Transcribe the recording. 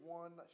one